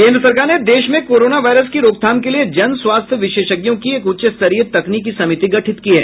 केन्द्र सरकार ने देश में कोरोना वायरस की रोकथाम के लिए जन स्वास्थ्य विशेषज्ञों की एक उच्चस्तरीय तकनीकी समिति गठित की है